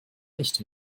nicht